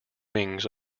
wings